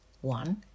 one